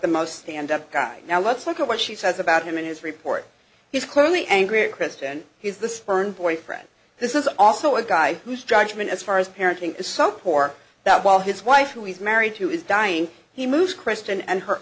the most stand up guy now let's look at what she says about him in his report he's clearly angry at kristen he's the spurned boyfriend this is also a guy whose judgment as far as parenting is so poor that while his wife who is married to is dying he moves kristen and her